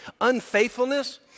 unfaithfulness